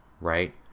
right